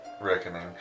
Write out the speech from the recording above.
Reckoning